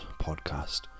podcast